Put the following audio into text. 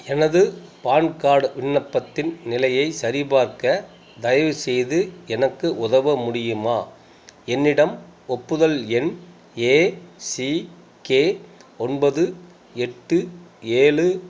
எனது PAN card விண்ணப்பத்தின் நிலையை சரிபார்க்க தயவுசெய்து எனக்கு உதவ முடியுமா என்னிடம் ஒப்புதல் எண் ஏசிகே ஒன்பது எட்டு ஏழு